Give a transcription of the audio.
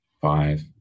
five